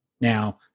Now